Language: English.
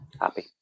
happy